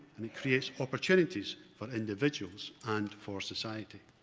and creates opportunities for individuals and for society.